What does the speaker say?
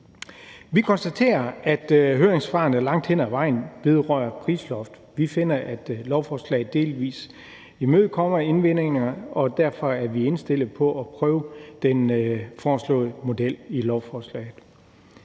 Vi konstaterer, at høringssvarene langt hen ad vejen vedrører et prisloft. Vi finder, at lovforslaget delvis imødekommer indvendingerne, og derfor er vi indstillet på at prøve den model, der er foreslået i lovforslaget.